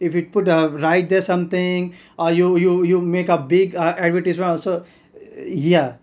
if you put a write there something or you you you make a big uh advertisement also yeah